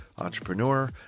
entrepreneur